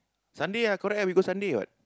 Sunday ah correct we go Sunday what